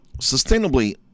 sustainably